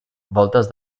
voltes